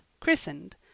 christened